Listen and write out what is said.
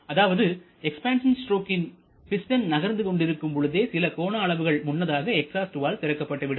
அதாவது எக்ஸ்பான்சன் ஸ்ட்ரோக்கில்பிஸ்டன் நகர்ந்து கொண்டிருக்கும் பொழுதே சில கோண அளவுகள் முன்னதாக எக்ஸாஸ்ட் வால்வு திறக்கப்பட்டு விடும்